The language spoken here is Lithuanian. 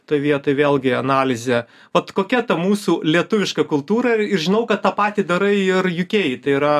toj vietoj vėlgi analize vat kokia ta mūsų lietuviška kultūra ir ir žinau kad tą patį darai ir jukei tai yra